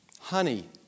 Honey